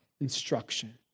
instruction